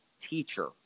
teacher